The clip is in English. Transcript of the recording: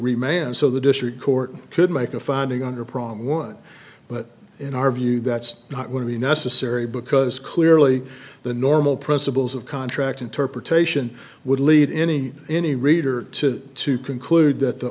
remain so the district court could make a finding under prong one but in our view that's not one of the necessary because clearly the normal principles of contract interpretation would lead any any reader to to conclude that the